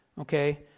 Okay